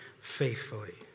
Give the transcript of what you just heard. faithfully